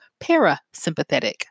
parasympathetic